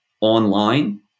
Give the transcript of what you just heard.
online